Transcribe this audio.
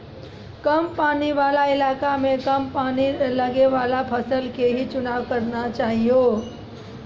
कम पानी वाला इलाका मॅ कम पानी लगैवाला फसल के हीं चुनाव करना चाहियो